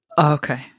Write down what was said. okay